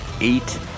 eight